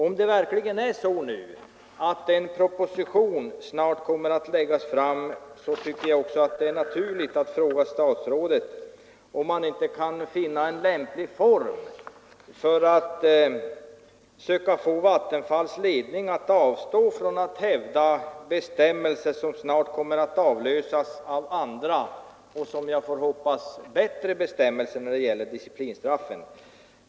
Om verkligen en proposition snart kommer att läggas fram tycker jag att det är naturligt att fråga statsrådet om det inte kan finnas en lämplig form för att få Vattenfalls ledning att avstå från hävdandet av bestämmelser som snart kommer att avlösas av andra, som jag får hoppas, bättre bestämmelser.